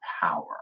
power